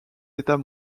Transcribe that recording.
états